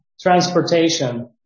transportation